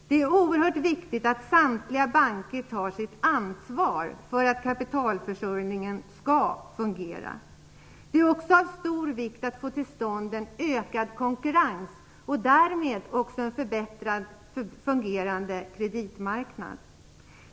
Det är oerhört viktigt att samtliga banker tar sitt ansvar för att kapitalförsörjningen skall fungera. Det är också av stor vikt att få till stånd en ökad konkurrens och därmed också en bättre fungerande kreditmarknad.